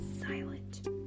silent